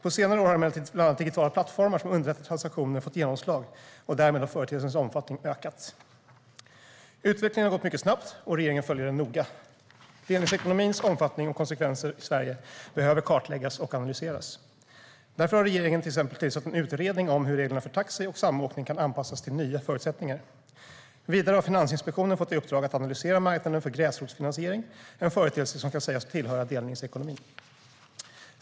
På senare år har emellertid bland annat digitala plattformar som underlättar transaktionerna fått genomslag, och därmed har företeelsens omfattning ökat. Utvecklingen har gått mycket snabbt, och regeringen följer den noga. Delningsekonomins omfattning och konsekvenser i Sverige behöver kartläggas och analyseras. Därför har regeringen till exempel tillsatt en utredning om hur reglerna för taxi och samåkning kan anpassas till nya förutsättningar. Vidare har Finansinspektionen fått i uppdrag att analysera marknaden för gräsrotsfinansiering, en företeelse som kan sägas tillhöra delningsekonomin.